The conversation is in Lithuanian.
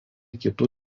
kitų